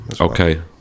Okay